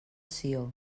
sió